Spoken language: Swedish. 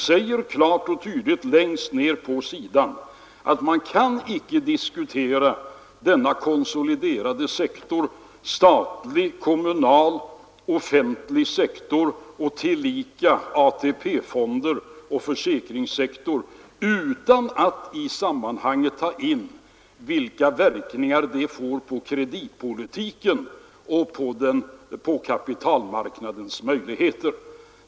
Där heter det att man inte kan diskutera denna konsoliderade sektor — statlig , kommunal, offentlig sektor och tillika ATP-fonder och försäkringssektor — utan att i sammanhanget ta in vilka verkningar det får på kreditpolitiken och på kapitalmarknadens möjligheter.